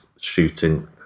shooting